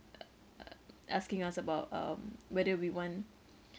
uh uh asking us about um whether we want